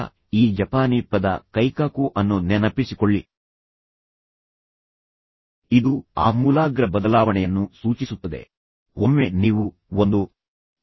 ನಿಮ್ಮ ಪರಾನುಭೂತಿ ಕೌಶಲ್ಯಗಳನ್ನು ಬಳಸಿ ಇದು ಮುಖ್ಯ ಎಂದು ಅವರಿಗೆ ಮನವರಿಕೆ ಮಾಡಿಕೊಡಲು ಆ ಕೌಶಲ್ಯಗಳನ್ನು ಸಹ ಬಳಸಿ ಅವರು ಒಬ್ಬರಿಗೊಬ್ಬರು ಸಹಾನುಭೂತಿ ಹೊಂದಿರುತ್ತಾರೆ